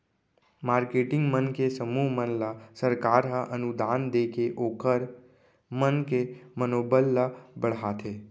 marketing मन के समूह मन ल सरकार ह अनुदान देके ओखर मन के मनोबल ल बड़हाथे